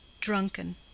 drunken